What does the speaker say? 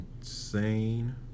insane